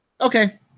Okay